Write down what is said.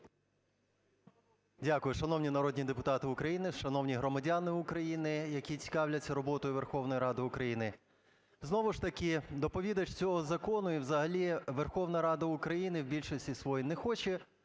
Дякую. Шановні народні депутати України, шановні громадяни України, які цікавляться роботою Верховної Ради України! Знову ж таки доповідач цього закону і взагалі Верховна Рада України в більшості своїй не хоче